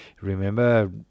remember